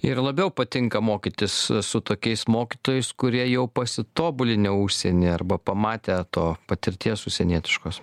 ir labiau patinka mokytis su tokiais mokytojais kurie jau pasitobulinę užsieny arba pamatę to patirties užsienietiškos